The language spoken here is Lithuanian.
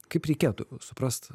kaip reikėtų suprast